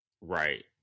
Right